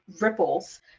ripples